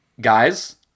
guys